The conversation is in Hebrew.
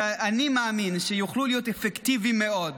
שאני מאמין שיוכלו להיות אפקטיביים מאוד.